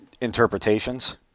interpretations